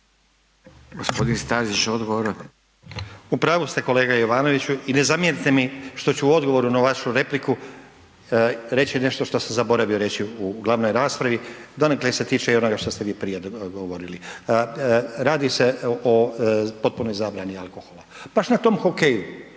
odgovor. **Stazić, Nenad (SDP)** U pravu ste kolega Jovanoviću i ne zamjerite mi što ću u odgovoru na vašu repliku reći nešto što sam zaboravio reći u glavnoj raspravi, donekle se tiče i onoga što ste vi prije govorili. Radi se o potpunoj zabrani alkohola. Baš na tom hokeju,